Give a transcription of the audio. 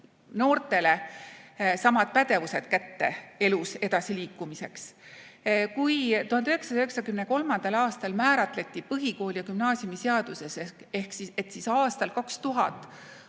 noortele samad pädevused kätte elus edasiliikumiseks. Kui 1993. aastal määratleti põhikooli- ja gümnaasiumiseaduses, et aastal 2000